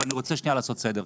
אבל אני רוצה שנייה לעשות סדר.